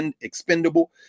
expendable